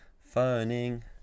phoning